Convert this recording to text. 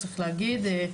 צריך להגיד.